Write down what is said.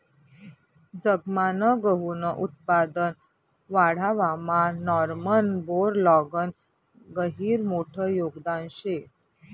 जगमान गहूनं उत्पादन वाढावामा नॉर्मन बोरलॉगनं गहिरं मोठं योगदान शे